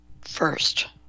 first